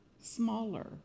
smaller